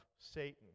Satan